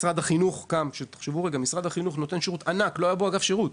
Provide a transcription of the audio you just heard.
משרד החינוך תחשבו שמשרד החינוך נותן שירות ענק ולא היה בו אגף שירות,